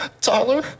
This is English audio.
Tyler